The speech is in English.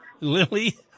Lily